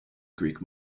greek